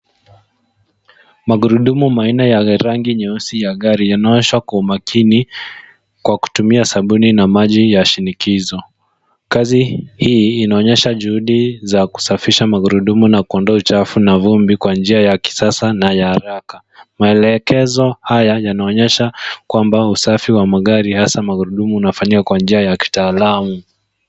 Magurudumu manne ya rangi nyeusi ya gari yanaoshwa kwa umakini kwa kutumia sabuni na maji ya shinikizo. Kazi hii inaonyesha juhudi za kusafisha magurudumu na kuondoa uchafu na vumbi kwa njia ya kisasa na ya haraka. Maelekezo haya yanaonyesha kwamba usafi wa magari hasa magurudumu unafanywa kwa njia ya kitalamu.